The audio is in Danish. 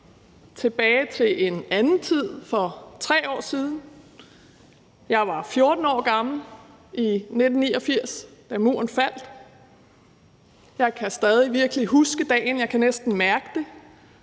tilbage til en anden tid for tre årtier siden. Jeg var 14 år gammel i 1989, da Muren faldt. Jeg kan stadig virkelig huske dagen, jeg kan næsten mærke det.